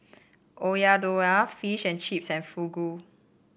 Oyakodon Fish and Chips and Fugu